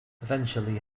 eventually